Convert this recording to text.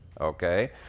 okay